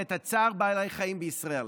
את צער בעלי החיים בישראל.